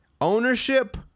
ownership